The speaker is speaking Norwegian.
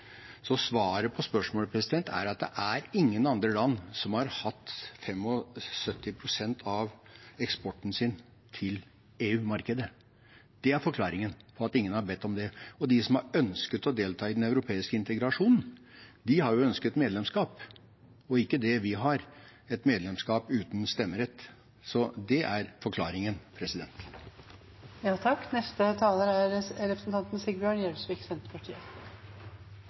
Svaret på spørsmålet er at det er ingen andre land som har hatt 75 pst. av eksporten sin til EU-markedet. Det er forklaringen på at ingen har bedt om det. De som har ønsket å delta i den europeiske integrasjonen, har jo ønsket medlemskap, og ikke det vi har: et medlemskap uten stemmerett. Det er forklaringen.